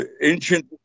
ancient